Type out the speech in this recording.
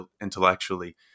intellectually